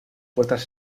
puertas